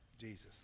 Jesus